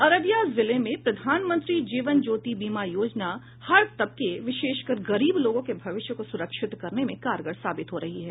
अररिया जिले में प्रधानमंत्री जीवन ज्योति बीमा योजना हर तबके विशेषकर गरीब लोगों के भविष्य को सुरक्षित करने में कारगर साबित हो रही है